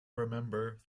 remember